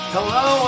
Hello